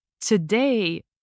Today